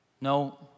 No